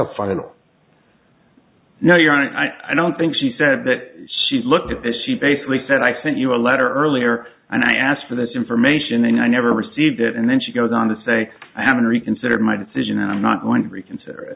final no you aren't i don't think she said that she looked at it she basically said i sent you a letter earlier and i asked for this information and i never received it and then she goes on to say i haven't reconsidered my decision and i'm not going to reconsider